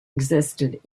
existed